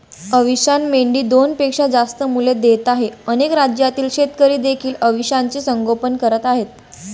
अविशान मेंढी दोनपेक्षा जास्त मुले देत आहे अनेक राज्यातील शेतकरी देखील अविशानचे संगोपन करत आहेत